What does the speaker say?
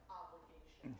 obligation